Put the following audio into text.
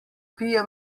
pije